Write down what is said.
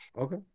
Okay